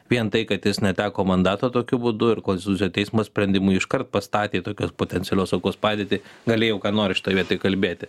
vien tai kad jis neteko mandato tokiu būdu ir konstitucinio teismo sprendimu iškart pastatė tokio potencialios aukos padėtį gali jau ką nori šitoj vietoj kalbėti